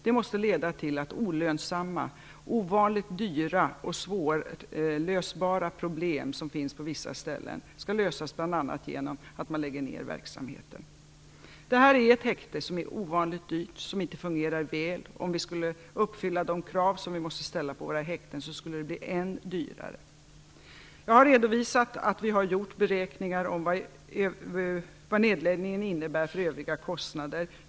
Det måste leda till att olönsamma och ovanligt dyra och svårlösbara problem som finns på vissa ställen skall lösas bl.a. genom att man lägger ned verksamheten. Detta är ett häkte som är ovanligt dyrt och som inte fungerar väl. Om vi skulle uppfylla de krav som måste ställas på våra häkten skulle det bli än dyrare. Jag har redovisat att vi har gjort beräkningar av vad nedläggningen innebär för övriga kostnader.